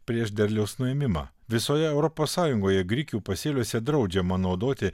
prieš derliaus nuėmimą visoje europos sąjungoje grikių pasėliuose draudžiama naudoti